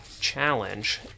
challenge